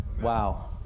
Wow